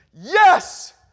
yes